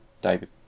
David